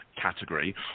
category